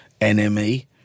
NME